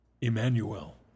Emmanuel